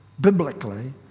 biblically